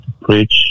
preach